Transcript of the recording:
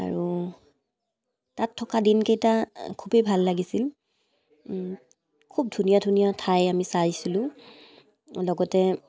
আৰু তাত থকা দিনকেইটা খুবেই ভাল লাগিছিল খুব ধুনীয়া ধুনীয়া ঠাই আমি চাইছিলোঁ লগতে